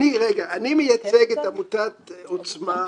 רגע, אני מייצג את עמותת 'עוצמה'.